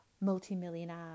multimillionaire